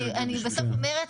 בסוף אומרת,